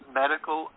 medical